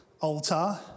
altar